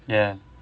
ya